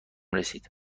رسید